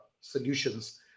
solutions